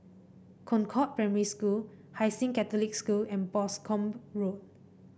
Concord Primary School Hai Sing Catholic School and Boscombe Road